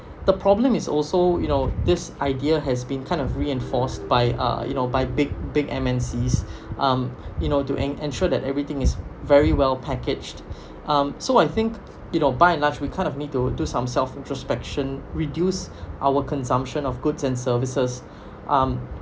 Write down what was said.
the problem is also you know this idea has been kind of reinforced by uh you know by big big M_N_Cs um you know to en~ ensure that everything is very well packaged um so I think you know by and large we kind of need to do some self introspection reduce our consumption of goods and services um